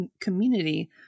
community